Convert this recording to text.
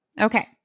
Okay